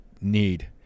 need